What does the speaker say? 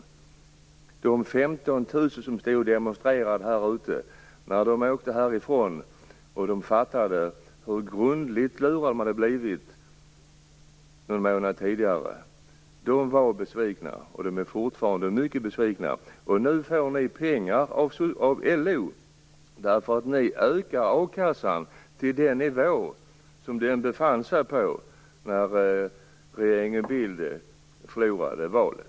När de 15 000 människor som demonstrerade här ute åkte härifrån och fattade hur grundligt lurade de hade blivit en månad tidigare var de besvikna. De är fortfarande mycket besvikna. Nu får ni pengar av LO därför att ni ökar a-kassan till den nivå som den befann sig på när regeringen Bildt förlorade valet.